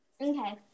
Okay